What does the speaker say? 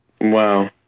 Wow